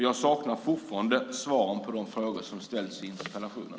Jag saknar fortfarande svar på de frågor som ställdes i interpellationen.